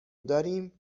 داریم